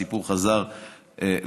הסיפור חזר לתחילתו,